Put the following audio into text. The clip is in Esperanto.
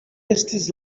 estis